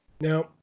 now